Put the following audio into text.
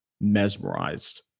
mesmerized